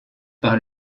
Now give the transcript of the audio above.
par